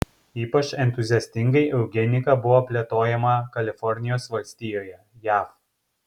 ypač entuziastingai eugenika buvo plėtojama kalifornijos valstijoje jav